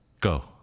Go